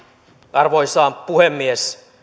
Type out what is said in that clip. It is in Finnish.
arvoisa puhemies